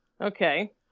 Okay